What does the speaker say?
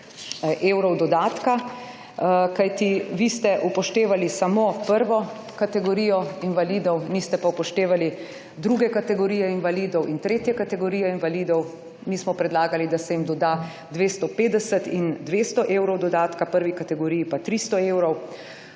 evrov dodatka. Kajti, vi ste upoštevali samo prvo kategorijo invalidov, niste pa upoštevali druge kategorije invalidov in tretje kategorije invalidov. Mi smo predlagali, da se jim doda 250 in 200 evrov dodatka, prvi kategoriji pa 300 evrov.